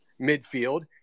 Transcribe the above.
midfield